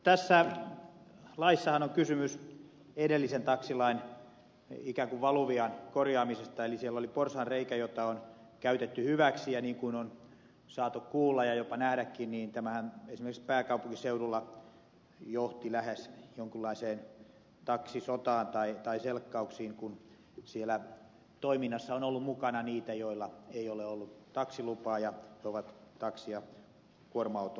tässä laissahan on kysymys edellisen taksilain ikään kuin valuvian korjaamisesta eli siellä oli porsaanreikä jota on käytetty hyväksi ja niin kuin on saatu kuulla ja jopa nähdäkin niin tämähän esimerkiksi pääkaupunkiseudulla johti lähes jonkunlaiseen taksisotaan tai selkkauksiin kun siellä toiminnassa on ollut mukana niitä joilla ei ole ollut taksilupaa ja ovat taksia kuorma autolla ajaneet